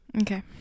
okay